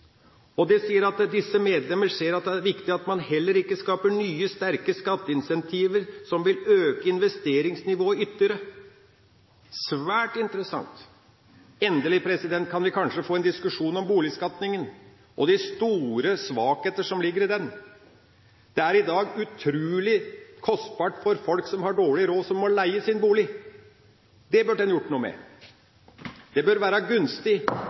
Og de sier: « disse medlemmer ser det som viktig at man heller ikke skaper nye, sterke skatteinsentiver som vil øke investeringsnivået ytterligere.» Det er svært interessant! Endelig kan vi kanskje få en diskusjon om boligbeskatninga og de store svakheter som ligger i den. Det er i dag utrolig kostbart for folk som har dårlig råd, og som må leie sin bolig. Det burde man ha gjort noe med. Det bør være gunstig